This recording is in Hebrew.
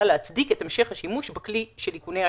להצדיק את המשך השימוש בכלי של איכוני השב"כ.